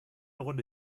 runde